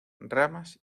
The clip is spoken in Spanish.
ramas